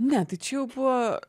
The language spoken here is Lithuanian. ne tai čia jau buvo